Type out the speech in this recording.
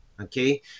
okay